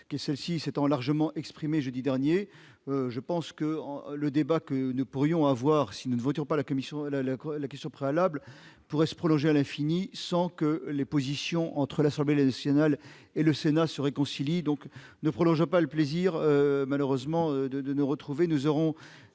qui est celle-ci s'étant largement exprimé jeudi dernier, je pense que, en le débat que nous pourrions avoir, si nous ne votons pas la commission de la la la question préalable pourrait se prolonger à l'infini, sans que les positions entre l'Assemblée nationale et le Sénat se réconcilient donc ne prolonge pas le plaisir, malheureusement, de nous retrouver, nous aurons